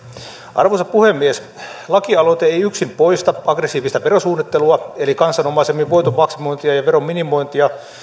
arvoisa puhemies lakialoite ei yksin poista aggressiivista verosuunnittelua eli kansan omaisemmin voiton maksimointia ja veron minimointia